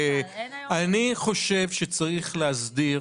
אני חושב שצריך להסדיר,